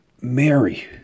Mary